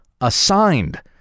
assigned